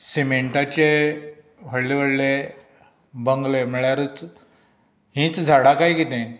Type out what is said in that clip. सिमेंटाचे व्हडले व्हडले बंगले म्हळ्यारच हीच झाडां कांय कितें